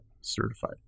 certified